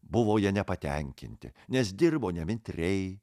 buvo ja nepatenkinti nes dirbo nemitriai